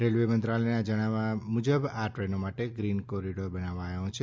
railway મંત્રાલયના જણાવ્યા મુજબ આ દ્રેનો માટે ગ્રીન કોરીડોર બનાવાયો છે